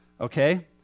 Okay